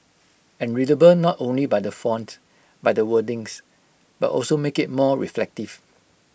and readable not only by the font by the wordings but also make IT more reflective